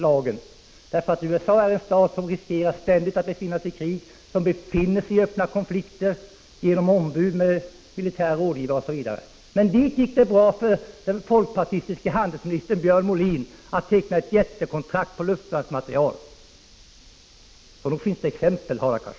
USA är nämligen en stat som riskerar att ständigt befinna sig i krig och öppna konflikter genom ombud och militära rådgivare. Men det gick bra för den folkpartistiska handelsministern Björn Molin att teckna ett jättekontrakt på luftvärnsmateriel dit. Nog finns det exempel, Hadar Cars.